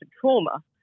trauma